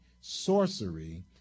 sorcery